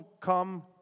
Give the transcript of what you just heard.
come